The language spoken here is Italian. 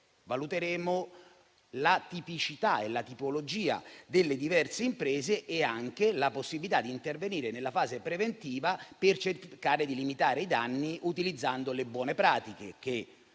valuteremo la tipicità e la tipologia delle diverse imprese e anche la possibilità di intervenire nella fase preventiva per cercare di limitare i danni utilizzando le buone pratiche che